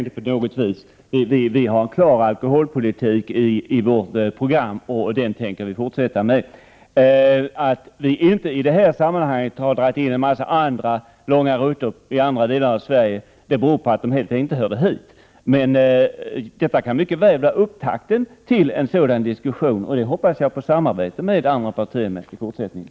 Herr talman! Nej, vi befinner oss inte alls i något dilemma. Vi har i vårt program en klar alkoholpolitik, och den avser vi att fortsätta att föra. Att vi inte i det här sammanhanget har velat dra in fler långa rutter, i andra delar av Sverige, beror helt enkelt på att de inte hörde hit. Men detta kan mycket väl bli upptakten till en sådan diskussion, och då hoppas jag på samarbete med andra partier i fortsättningen.